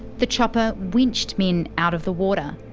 the chopper winched minh out of the water.